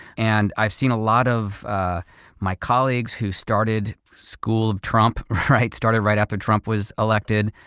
and i've seen a lot of my colleagues who started school of trump, right? started right after trump was elected,